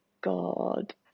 God